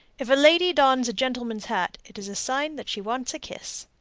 if a lady dons a gentleman's hat, it is a sign that she wants a kiss.